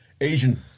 Asian